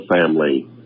family